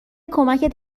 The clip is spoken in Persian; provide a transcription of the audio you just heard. کمکت